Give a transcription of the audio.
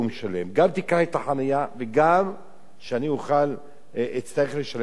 גם תיקח לי את החנייה וגם שאצטרך לשלם על כך.